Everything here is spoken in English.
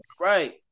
Right